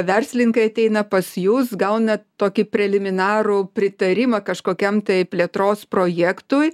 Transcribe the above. verslininkai ateina pas jus gaunat tokį preliminarų pritarimą kažkokiam tai plėtros projektui